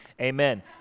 Amen